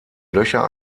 löcher